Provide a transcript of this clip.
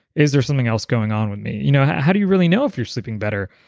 is there something else going on with me? you know how do you really know if you're sleeping better?